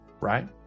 right